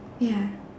ya